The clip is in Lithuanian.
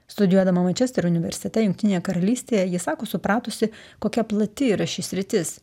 studijuodama mančesterio universitete jungtinėje karalystėje ji sako supratusi kokia plati yra ši sritis